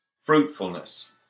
fruitfulness